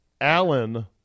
Allen